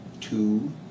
two